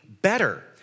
Better